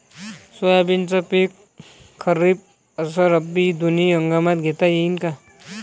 सोयाबीनचं पिक खरीप अस रब्बी दोनी हंगामात घेता येईन का?